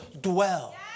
dwell